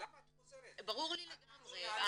פנינה, למה את חוזרת על זה?